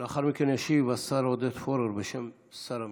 לאחר מכן ישיב השר עודד פורר בשם שר המשפטים.